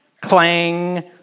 clang